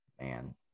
man